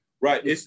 Right